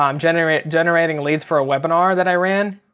um generating generating leads for a webinar that i ran.